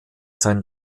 sein